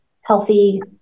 healthy